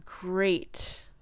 great